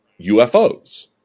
UFOs